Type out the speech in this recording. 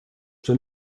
den